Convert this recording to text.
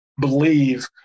believe